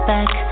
Back